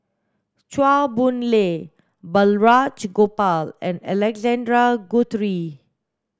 Chua Boon Lay Balraj Gopal and Alexander Guthrie